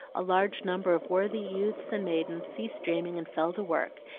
a large number of worthy youths and maidens ceased dreaming and fell to work,